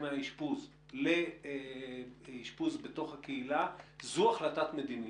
מהאשפוז לאשפוז בתוך הקהילה - זו החלטת מדיניות.